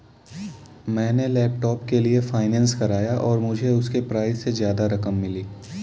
मैंने लैपटॉप के लिए फाइनेंस कराया और मुझे उसके प्राइज से ज्यादा रकम मिली